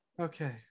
okay